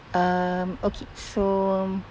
um okay so